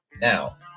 Now